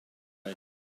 way